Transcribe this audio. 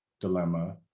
dilemma